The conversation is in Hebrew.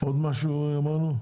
עוד משהו אמרנו?